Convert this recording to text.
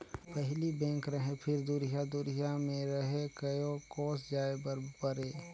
पहिली बेंक रहें फिर दुरिहा दुरिहा मे रहे कयो कोस जाय बर परे